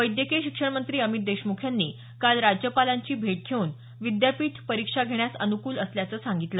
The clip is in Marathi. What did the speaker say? वैदयकीय शिक्षण मंत्री अमित देशमुख यांनी काल राज्यपालांची भेट घेऊन विद्यापीठ परिक्षा घेण्यास अनुकूल असल्याचं सांगितलं